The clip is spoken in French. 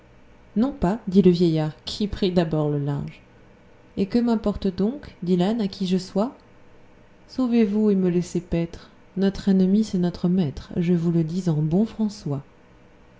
non pas dit le vieillard qui prit d'abord le large et que m'importe donc dit l'àne à qui je sois sauvez-vous et me laissez paître notre ennemi c'est notre maître je vous le dis en bon françois